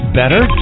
better